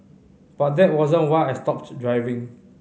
but that wasn't why I stopped driving